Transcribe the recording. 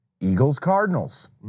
Eagles-Cardinals